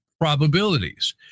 probabilities